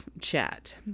chat